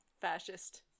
fascist